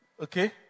Okay